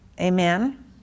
Amen